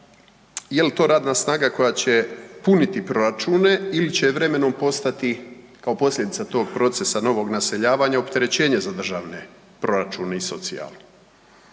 jel to radna snaga koja će puniti proračune ili će vremenom postati kao posljedica tog procesa novog naseljavanja opterećenje za državne proračune i socijalu?